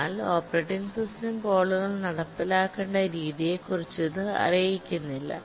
എന്നാൽ operating system കോളുകൾ നടപ്പിലാക്കേണ്ട രീതിയെക്കുറിച്ച് ഇത് അറിയിക്കുന്നില്ല